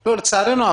לצערנו,